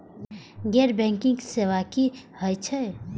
गैर बैंकिंग सेवा की होय छेय?